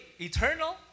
eternal